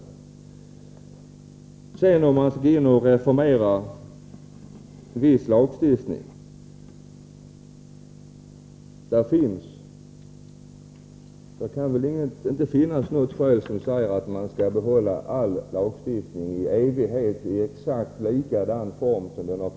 Herr Gustafsson åberopade det som skrevs om att man borde reformera viss lagstiftning. Det kan knappast finnas något skäl för att i evighet behålla all lagstiftning i exakt samma form som tidigare.